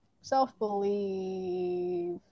self-believe